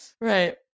right